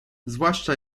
zwłaszcza